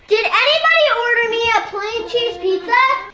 did anyone order me a plain cheese pizza?